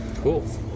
cool